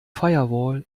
firewall